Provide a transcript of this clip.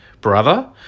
brother